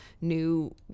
new